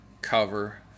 cover